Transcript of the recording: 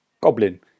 goblin